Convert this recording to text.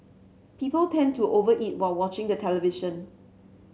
people tend to over eat while watching the television